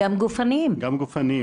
גופניים.